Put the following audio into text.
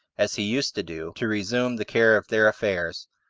as he used to do, to resume the care of their affairs,